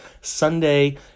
Sunday